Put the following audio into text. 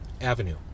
avenue